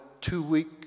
two-week